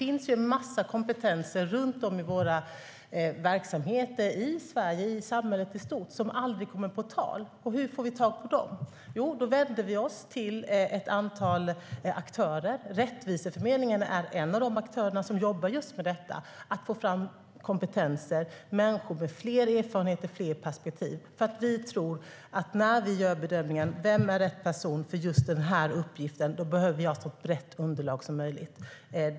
I Sverige finns det, runt om i våra verksamheter och i samhället i stort, en massa kompetenser som aldrig kommer på tal. Hur får vi då tag på dem? Jo, vi vänder oss till ett antal aktörer som jobbar med att få fram kompetenser och människor med fler erfarenheter och fler perspektiv. Rättviseförmedlingen är en av de aktörerna. När vi gör bedömningen av vem som är rätt person för en uppgift behöver vi ha ett så brett underlag som möjligt.